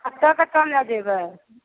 कत्तऽ कत्तऽ लए जेबै